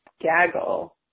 gaggle